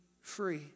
free